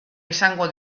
izango